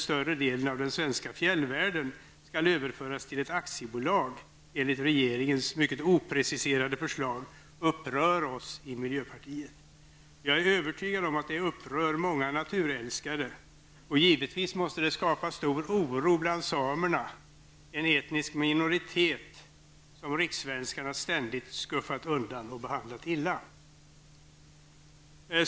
större delen av den svenska fjällvärlden -- skall överföras till ett aktiebolag enligt regeringens mycket opreciserade förslag, upprör oss i miljöpartiet. Jag är övertygad om att det upprör många naturälskare, och givetvis måste det skapa stor oro bland samerna, en etnisk minoritet som rikssvenskarna ständigt skuffat undan och behandlat illa.